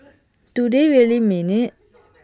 do they really mean IT